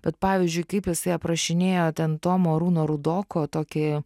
bet pavyzdžiui kaip jisai aprašinėjo ten tomo arūno rudoko tokį